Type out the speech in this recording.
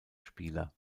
spieler